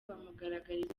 bamugaragariza